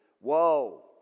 whoa